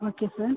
okay sir